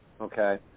Okay